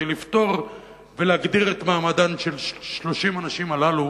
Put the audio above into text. לפתור ולהגדיר את מעמדן של 30 הנשים הללו,